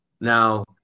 Now